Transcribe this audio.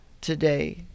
today